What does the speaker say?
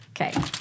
Okay